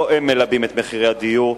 לא הם מלבים את מחירי הדיור.